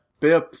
Bip